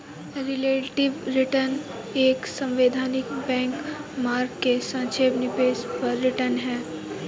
relative return एक सैद्धांतिक benchmark के सापेक्ष निवेश पर रिटर्न है